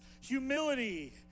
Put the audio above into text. humility